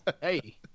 Hey